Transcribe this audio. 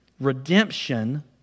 Redemption